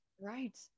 Right